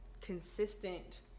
consistent